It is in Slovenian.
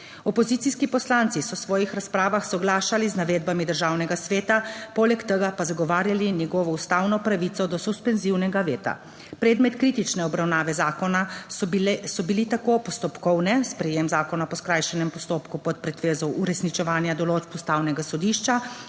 Opozicijski poslanci so v svojih razpravah soglašali z navedbami Državnega sveta, poleg tega pa zagovarjali njegovo ustavno pravico do suspenzivnega veta. Predmet kritične obravnave zakona so bili tako postopkovne sprejem zakona po skrajšanem postopku pod pretvezo uresničevanja odločb Ustavnega sodišča